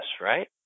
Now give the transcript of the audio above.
right